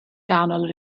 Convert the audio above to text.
ganol